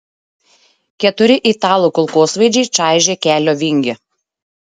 keturi italų kulkosvaidžiai čaižė kelio vingį